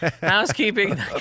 Housekeeping